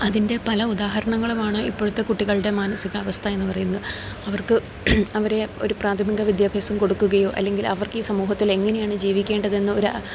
അതിൻ്റെ പല ഉദാഹരണങ്ങളുമാണ് ഇപ്പോഴത്തെ കുട്ടികളുടെ മാനസിക അവസ്ഥ എന്ന് പറയുന്നത് അവർക്ക് അവരെ ഒരു പ്രാഥമിക വിദ്യാഭ്യാസം കൊടുക്കുകയോ അല്ലെങ്കിൽ അവർക്ക് ഈ സമൂഹത്തിൽ എങ്ങനെയാണ് ജീവിക്കേണ്ടതെന്ന് ഒര്